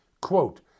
quote